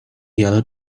yellow